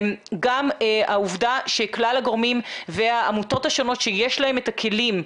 גם העובדה שכלל הגורמים והעמותות השונות שיש להם את הכלים.